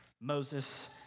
Moses